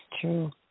true